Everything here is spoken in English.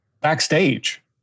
backstage